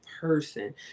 person